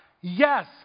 yes